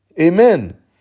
Amen